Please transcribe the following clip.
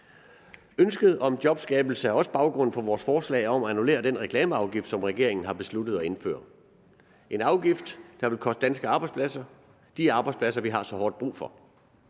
Ønsket om jobskabelse er også baggrunden for vores forslag om at annullere den reklameafgift, som regeringen har besluttet at indføre, en afgift, der vil koste danske arbejdspladser, de arbejdspladser, som vi har så hårdt brug for.